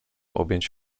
objąć